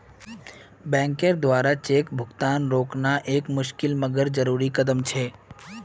बैंकेर द्वारा चेक भुगतान रोकना एक मुशिकल मगर जरुरी कदम छे